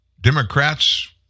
Democrats